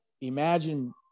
imagine